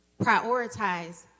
Prioritize